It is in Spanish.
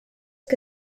que